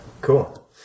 cool